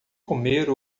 comer